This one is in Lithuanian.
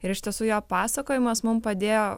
ir iš tiesų jo pasakojimas mum padėjo